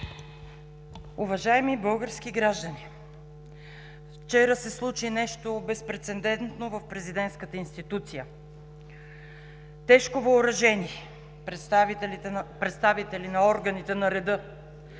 уважаеми български граждани! Вчера се случи нещо безпрецедентно в Президентската институция. Тежко въоръжени представители на органите на реда,